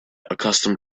accustomed